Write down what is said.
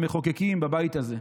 המחוקקים בבית הזה.